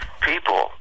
people